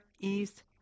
East